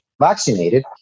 vaccinated